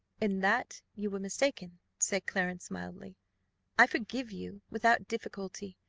in that you were mistaken, said clarence, mildly i forgive you without difficulty,